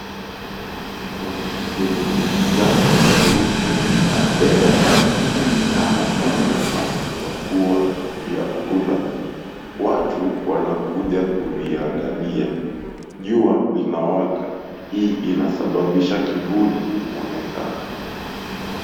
Mwanamke mwenye hijabu nyeupe na dera anapanga na kupakua vyakula. Watu wanakuja kuviangalia. Jua linawaka, hii inasababisha kivuli kuonekana.